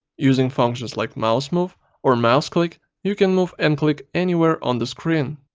using functions like mousemove or mouseclick you can move and click anywhere on the screen.